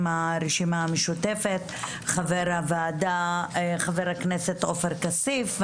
הרשימה המשותפת חבר הוועדה חבר הכנסת עופר כסיף.